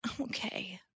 Okay